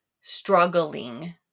struggling